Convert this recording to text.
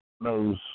knows